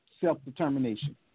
self-determination